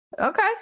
Okay